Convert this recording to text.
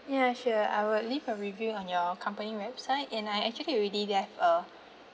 ya sure I will leave a review on your company website and I actually already left a